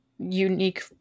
Unique